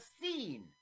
scene